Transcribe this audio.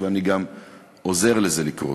ואני גם עוזר לזה לקרות.